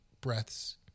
breaths